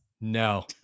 No